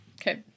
Okay